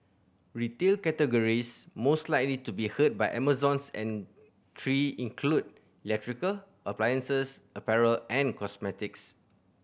retail categories most likely to be hurt by Amazon's entry include electrical appliances apparel and cosmetics